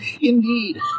Indeed